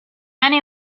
many